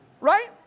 right